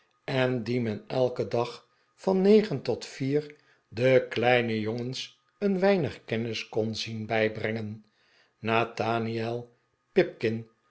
en dien men elken dag van negen tot vier den kleinen jongens een weinig kennis kon zien bijbrengen nathaniel